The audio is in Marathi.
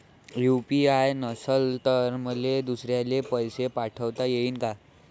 यू.पी.आय नसल तर मले दुसऱ्याले पैसे पाठोता येईन का?